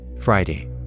Friday